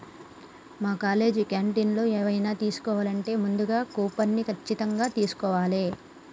మా కాలేజీ క్యాంటీన్లో ఎవైనా తీసుకోవాలంటే ముందుగా కూపన్ని ఖచ్చితంగా తీస్కోవాలే